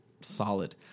solid